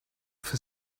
for